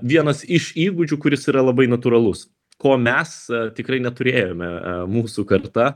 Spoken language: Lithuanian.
vienas iš įgūdžių kuris yra labai natūralus ko mes tikrai neturėjome mūsų karta